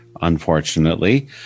Unfortunately